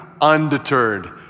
undeterred